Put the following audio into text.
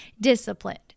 disciplined